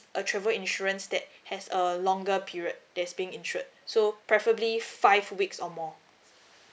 a travel insurance that has a a longer period that's being insured so preferably five weeks or more